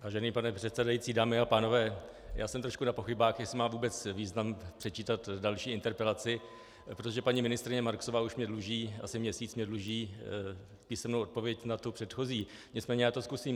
Vážený pane předsedající, dámy a pánové, jsem trošku na pochybách, jestli má vůbec význam předčítat další interpelaci, protože paní ministryně Marksová mi asi měsíc dluží písemnou odpověď na tu předchozí, nicméně já to zkusím.